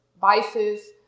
Vices